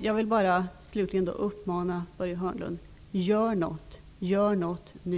Jag vill slutligen bara uppmana Börje Hörnlund: Gör något, gör något nu!